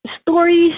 Stories